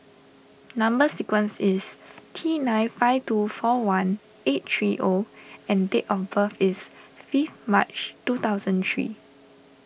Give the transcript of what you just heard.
Number Sequence is T nine five two four one eight three O and date of birth is fifth March two thousand three